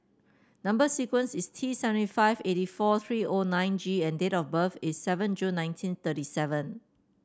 number sequence is T seventy five eighty four three O nine G and date of birth is seven June nineteen thirty seven